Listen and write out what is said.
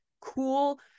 cool